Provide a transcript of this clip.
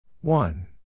one